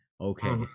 Okay